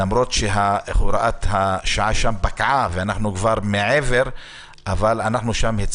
למרות שהוראת השעה שם פקעה ואנחנו כבר מעבר,